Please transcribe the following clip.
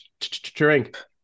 drink